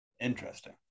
Interesting